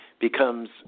becomes